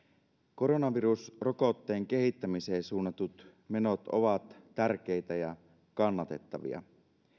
koronavirusrokotteen kehittämiseen suunnatut menot ovat tärkeitä ja kannatettavia